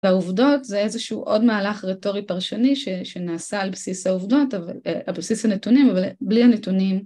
והעובדות זה איזשהו עוד מהלך רטורי פרשני שנעשה על בסיס העובדות, על בסיס הנתונים אבל בלי הנתונים